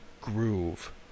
groove